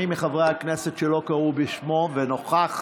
מי מחברי הכנסת, שלא קראו בשמו ונוכח